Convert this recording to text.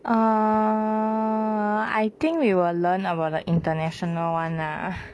err I think we will learn about the international [one] lah